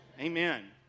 Amen